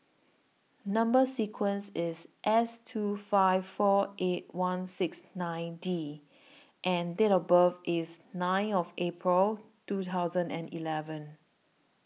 Number sequence IS S two five four eight one six nine D and Date of birth IS nine of April two thousand and eleven